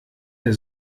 der